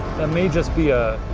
that may just be a,